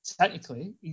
technically